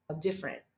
different